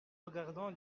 regardons